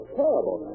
terrible